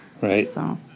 Right